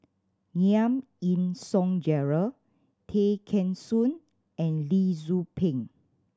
Giam Yean Song Gerald Tay Kheng Soon and Lee Tzu Pheng